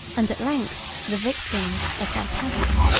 and at length the victims, of their passion.